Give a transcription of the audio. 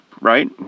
right